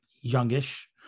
youngish